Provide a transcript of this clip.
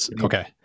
okay